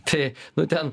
tai nu ten